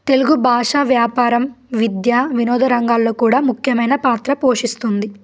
తెలుగు భాష వ్యాపారం విద్య వినోద రంగాల్లో కూడా ముఖ్యమైన పాత్ర పోషిస్తుంది